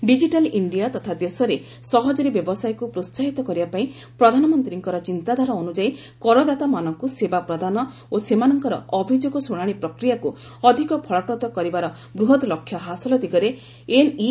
digital India ତଥା ଦେଶରେ ସହଜରେ ବ୍ୟବସାୟକୁ ପ୍ରୋହାହିତ କରିବାପାଇଁ ପ୍ରଧାନମନ୍ତ୍ରୀଙ୍କର ଚିନ୍ତାଧାରା ଅନୁଯାୟୀ କରଦାତାମାନଙ୍କୁ ସେବା ପ୍ରଦାନ ଓ ସେମାନଙ୍କର ଅଭିଯୋଗ ଶୁଣାଣି ପ୍ରକିୟାକୁ ଅଧିକ ଫଳପ୍ରଦ କରିବାର ବୂହତ୍ ଲକ୍ଷ୍ୟ ହାସଲ ଦିଗରେ ଏନ୍ଇଏସିର ସ୍ଥାପନା ଏକ ଉଲ୍ଲେଖନୀୟ ପଦକ୍ଷେପ